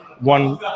one